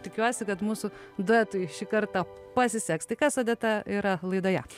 tikiuosi kad mūsų duetui šį kartą pasiseks tai kas odeta yra laidoje